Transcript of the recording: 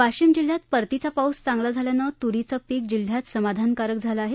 वाशिम जिल्ह्यात परतीचा पाऊस चांगला झाल्यानं तूरीचं पिक जिल्ह्यात समाधानकारक झालं आहे